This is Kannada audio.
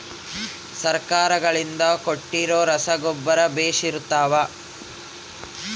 ಸರ್ಕಾರಗಳಿಂದ ಕೊಟ್ಟಿರೊ ರಸಗೊಬ್ಬರ ಬೇಷ್ ಇರುತ್ತವಾ?